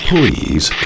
Please